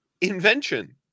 invention